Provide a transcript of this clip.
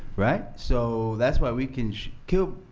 right? so that's why we can kill